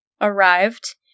arrived